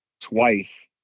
twice